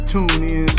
TuneIn